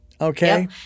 Okay